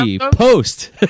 post